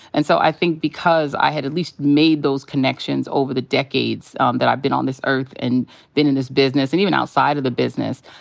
and so i think because i had at least made those connections over the decades um that i've been on this earth and been in this business and even outside of the business,